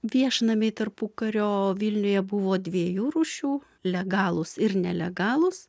viešnamiai tarpukario vilniuje buvo dviejų rūšių legalūs ir nelegalūs